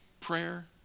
prayer